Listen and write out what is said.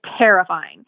terrifying